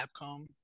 Capcom